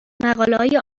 مقالههای